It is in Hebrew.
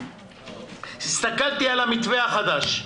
הסתכלתי על המתווה החדש.